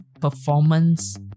performance